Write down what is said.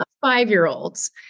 five-year-olds